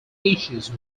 issues